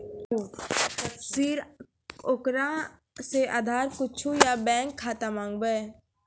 फिर ओकरा से आधार कद्दू या बैंक खाता माँगबै?